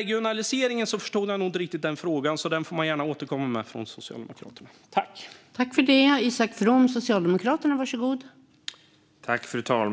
Jag förstod nog inte riktigt frågan om regionaliseringen, så den får Socialdemokraterna gärna återkomma